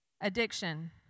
Addiction